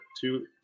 Two